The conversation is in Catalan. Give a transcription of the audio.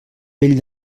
vell